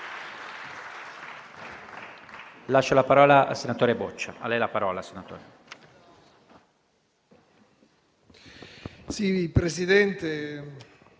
Presidente